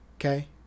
okay